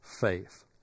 faith